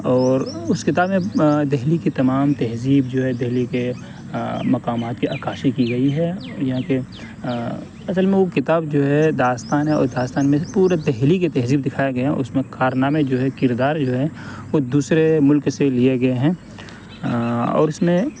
اور اس کتاب میں دہلی کی تمام تہذیب جو ہے دہلی کے مقامات کی عکاسی کی گئی ہے یہاں کے اصل میں وہ کتاب جو ہے داستان ہے اور داستان میں سے پورے دہلی کے تہذیب دکھایا گیا ہے اس میں کارنامے جو ہے کردار جو ہے وہ دوسرے ملک سے لیے گئے ہیں اور اس میں